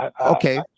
Okay